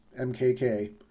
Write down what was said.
MKK